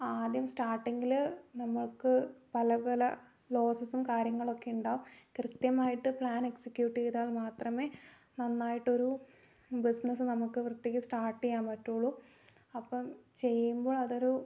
ആദ്യം സ്റ്റാർട്ടിങ്ങിൽ നമ്മൾക്ക് പല പല ലോസസും കാര്യങ്ങളൊക്കെ ഉണ്ടാവും കൃത്യമായിട്ട് പ്ലാൻ എക്സിക്യൂട്ട് ചെയ്താൽ മാത്രമേ നന്നായിട്ട് ഒരു ബിസിനസ്സ് നമുക്ക് വൃത്തിക്ക് സ്റ്റാർട്ട് ചെയ്യാൻ പറ്റുകയുള്ളൂ അപ്പം ചെയ്യുമ്പോൾ അതൊരു